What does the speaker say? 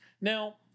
Now